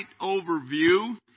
overview